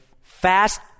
fast